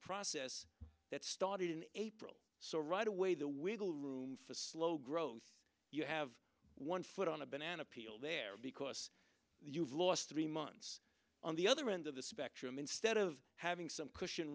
process that started in april so right away the wiggle room for slow growth you have one foot on a banana peel there because you lost three months on the other end of the spectrum instead of having some c